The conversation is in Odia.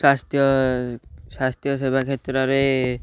ସ୍ୱାସ୍ଥ୍ୟ ସ୍ୱାସ୍ଥ୍ୟ ସେବା କ୍ଷେତ୍ରରେ